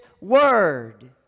word